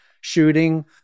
shooting